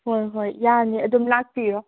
ꯍꯣꯏ ꯍꯣꯏ ꯌꯥꯅꯤ ꯑꯗꯨꯝ ꯂꯥꯛꯄꯤꯌꯣ